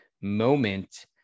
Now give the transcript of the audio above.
moment